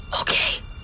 Okay